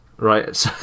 Right